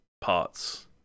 parts